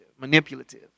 Manipulative